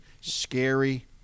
scary